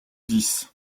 dix